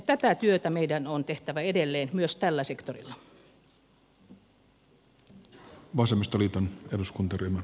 tätä työtä meidän on tehtävä edelleen myös tällä sektorilla